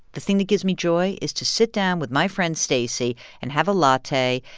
the thing that gives me joy is to sit down with my friend stacey and have a latte.